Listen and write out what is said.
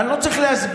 אני לא צריך להסביר,